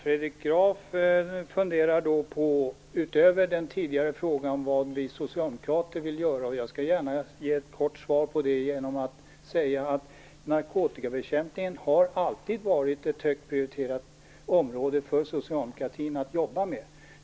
Herr talman! Utöver den tidigare frågan funderar Carl Fredrik Graf också över vad vi socialdemokrater vill göra. Jag skall gärna ge ett kort svar på det. Narkotikabekämpningen har alltid varit ett högt prioriterat område för socialdemokratin att jobba med.